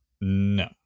no